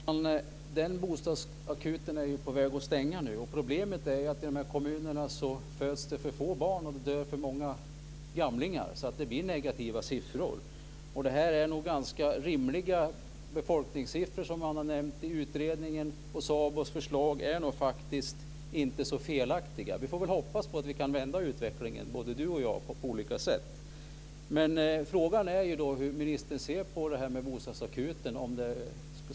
Herr talman! Den bostadsakuten är ju på väg att stänga nu. Problemet är att det föds för få barn och dör för många gamlingar i de här kommunerna, och då blir det negativa siffror. Det är nog ganska rimliga befolkningssiffror som man har nämnt i utredningen, och SABO:s förslag är nog faktiskt inte så felaktiga. Vi får väl hoppas att vi kan vända utvecklingen, både ministern och jag, på olika sätt. Men frågan är hur ministern ser på det här med bostadsakuten.